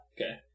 Okay